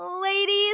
Ladies